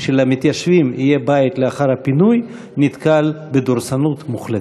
שלמתיישבים יהיה בית לאחר הפינוי נתקל בדורסנות מוחלטת.